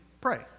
pray